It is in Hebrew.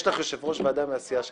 יש לך יושב-ראש ועדה מהסיעה שלך.